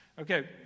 Okay